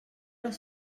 les